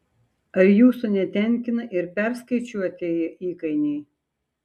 ar jūsų netenkina ir perskaičiuotieji įkainiai